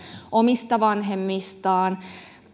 omista vanhemmistaan